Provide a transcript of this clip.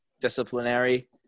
disciplinary